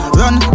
run